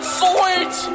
sweet